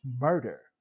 murder